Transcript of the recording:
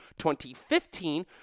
2015